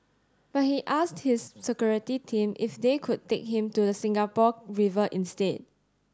but he asked his security team if they could take him to the Singapore River instead